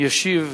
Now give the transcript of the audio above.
ישיב